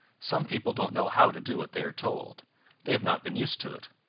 some people don't know how to do what they are told they have not been used to it,